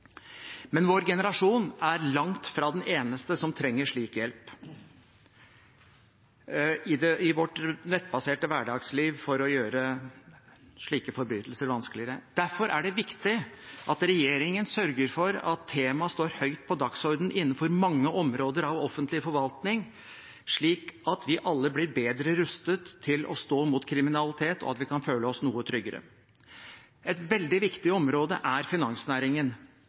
Men vår generasjon er langt fra den eneste som trenger slik hjelp i vårt nettbaserte hverdagsliv for å gjøre slike forbrytelser vanskeligere. Derfor er det viktig at regjeringen sørger for at temaet står høyt på dagsordenen innenfor mange områder av offentlig forvaltning, slik at vi alle blir bedre rustet til å stå imot kriminalitet og kan føle oss noe tryggere. Et veldig viktig område er finansnæringen.